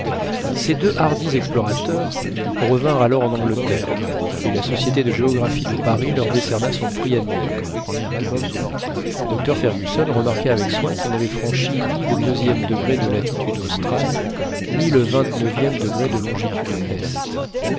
ces deux hardis explorateurs revinrent alors en angleterre et la société de géographie de paris leur décerna son prix annuel le docteur fergusson remarqua avec soin qu'ils n'avaient franchi ni le e degré de latitude australe ni le e degré de longitude est